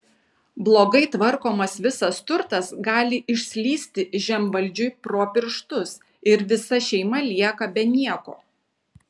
blogai tvarkomas visas turtas gali išslysti žemvaldžiui pro pirštus ir visa šeima lieka be nieko